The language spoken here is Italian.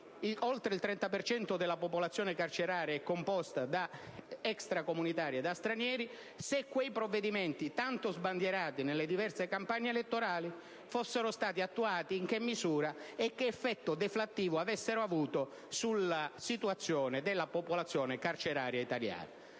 per cento della popolazione carceraria è composta da extracomunitari e stranieri, se quei provvedimenti, tanto sbandierati nelle diverse campagne elettorali, fossero stati attuati, in che misura e che effetto deflattivo avessero avuto sulla situazione della popolazione carceraria italiana.